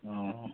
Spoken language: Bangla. ও